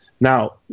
Now